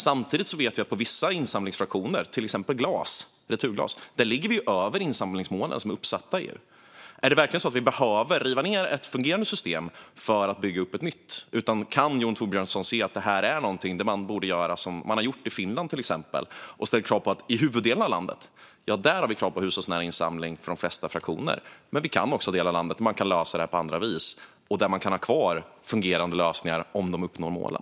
Samtidigt vet vi att vi för vissa insamlingsfraktioner, till exempel returglas, ligger över de uppsatta insamlingsmålen. Behöver vi verkligen riva ned ett fungerande system för att bygga upp ett nytt, eller kan Jon Thorbjörnson se att det att det här är någonting där man borde göra som man har gjort exempelvis i Finland? Där ställer man krav på hushållsnära insamling av de flesta fraktioner i huvuddelen av landet, men i delar av landet kan man lösa det på andra vis och ha kvar fungerande lösningar om de uppnår målen.